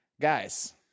Guys